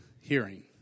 hearing